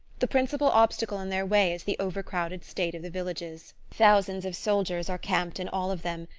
the principal obstacle in their way is the over-crowded state of the villages. thousands of soldiers are camped in all of them,